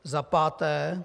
Za páté.